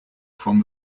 from